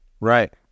Right